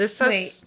Wait